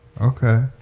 okay